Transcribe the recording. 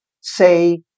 say